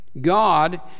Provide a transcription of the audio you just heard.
God